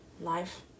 life